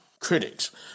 critics